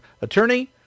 attorney